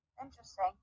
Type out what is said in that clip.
interesting